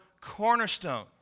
cornerstone